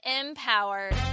empowered